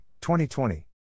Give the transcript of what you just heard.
2020